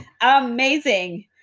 Amazing